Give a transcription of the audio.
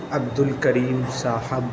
عبد الکریم صاحب